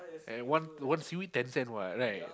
and one one seaweed ten cents what right